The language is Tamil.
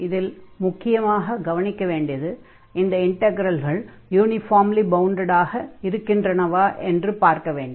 இதில் முக்கியமாகக் கவனிக்க வேண்டியது இந்த இன்ட்கரல்கள் யூனிஃபார்ம்லி பவுண்டடாக இருக்கின்றனவா என்று பார்க்க வேண்டும்